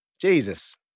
Jesus